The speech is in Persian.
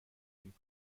نیم